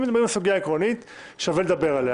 אם אתה מדבר על סוגיה עקרונית, שווה לדבר עליה.